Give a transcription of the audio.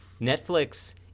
Netflix